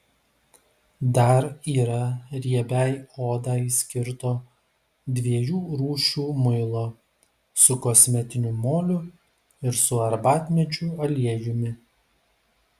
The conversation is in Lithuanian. dar yra riebiai odai skirto dviejų rūšių muilo su kosmetiniu moliu ir su arbatmedžių aliejumi